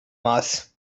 mass